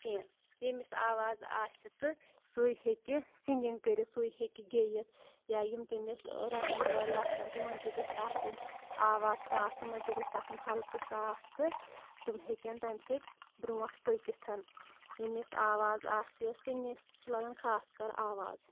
کینٛہہ ییٚمِس آواز آسہِ تہٕ سُے ہیٚکہِ سِنگِنٛگ کٔرِتھ سُے ہیٚکہِ گیٚیِتھ یا یِم تٔمِس رَٹان وٲلۍ آسَن تِمَن تہِ گژھِ آسٕنۍ آواز صاف تِمَن تہِ گژھِ آسُن ہلکہٕ صاف تہٕ تِم ہیٚکَن تمہِ سۭتۍ برونٛٹھ پٔکِتھ ییٚمِس آواز آسہِ سِنگِنٛگ چھِ لَگان خاص کَر آواز